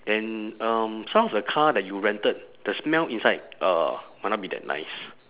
then um some of the car that you rented the smell inside uh might not be that nice